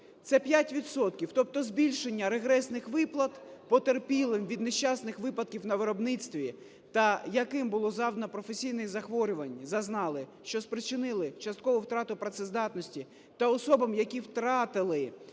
Тобто збільшення регресних виплат потерпілим від нещасних випадків на виробництві та яким було завдано професійних захворювань, зазнали, що спричинили часткову втрату працездатності, та особам, які втратили…